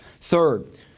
Third